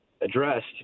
addressed